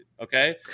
okay